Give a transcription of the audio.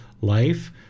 life